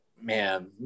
man